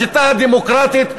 השיטה הדמוקרטית,